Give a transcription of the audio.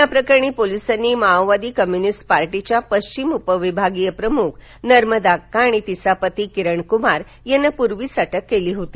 या प्रकरणी पोलिसांनी माओवादी कम्यूनिस्ट पार्टीच्या पश्चिम उपविभागीय प्रमुख नर्मदाक्का आणि तिचा पती किरणक्मार या पूर्वीच अटक केली होती